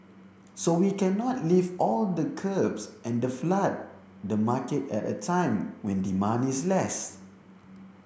so we cannot lift all the curbs and the flood the market at a time when demand is less